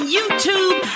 YouTube